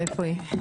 מאיפה היא?